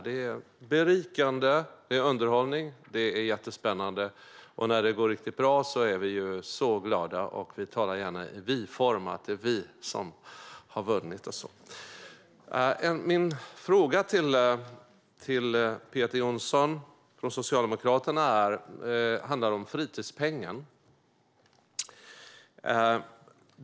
Det är berikande, det är underhållning, det är jättespännande och när det går riktigt bra är vi så glada och talar gärna i vi-form: Det är vi som har vunnit. Min fråga till Peter Johnsson från Socialdemokraterna handlar om fritidspengen.